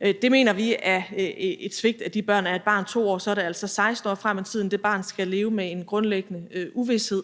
Det mener vi er et svigt af de børn. Er et barn 2 år, er det altså 16 år frem i tiden, det barn skal leve med en grundlæggende uvished